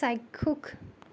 চাক্ষুষ